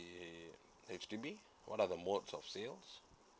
H_D_B what are the mode of sales